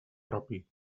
propi